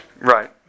Right